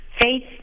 faith